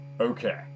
okay